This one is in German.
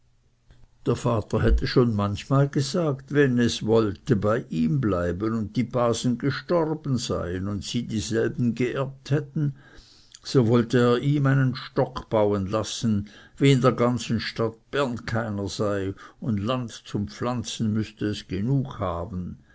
der vater hätte schon manchmal gesagt wenn es wollte bei ihm bleiben und die basen gestorben seien und sie dieselben geerbt hatten so wollte er ihm einen stock bauen lassen wie in der ganzen stadt bern keiner sei und land zum pflanzen müßte es genug haben